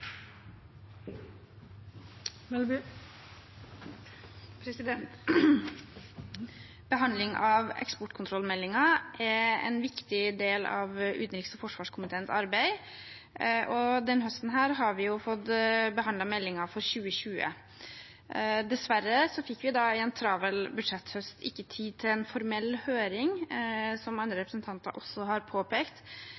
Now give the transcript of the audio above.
en viktig del av utenriks- og forsvarskomiteens arbeid, og denne høsten har vi fått behandlet meldingen for 2020. Dessverre fikk vi i en travel budsjetthøst ikke tid til en formell høring, som andre